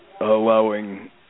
allowing